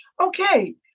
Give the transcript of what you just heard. okay